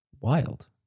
wild